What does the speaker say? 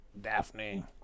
Daphne